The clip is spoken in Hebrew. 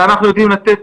אנחנו יודעים לתת